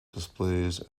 displays